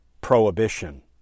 prohibition